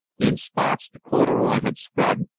in spots the corduroy had spread,